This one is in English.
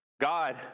God